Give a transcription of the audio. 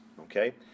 okay